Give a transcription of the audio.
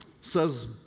says